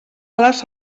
les